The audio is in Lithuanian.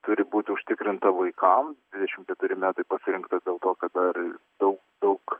turi būti užtikrinta vaikam dvidešim keturi metai pasirinkta dėl to kad dar dau daug